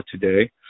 today